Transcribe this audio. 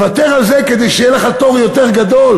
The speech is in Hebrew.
לוותר על זה כדי שיהיה לך תור יותר גדול,